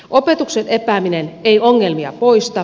opetuksen epääminen ei ongelmia poista